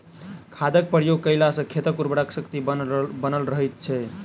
खादक प्रयोग कयला सॅ खेतक उर्वरा शक्ति बनल रहैत छै